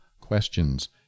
questions